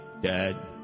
Dad